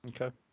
Okay